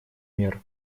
мер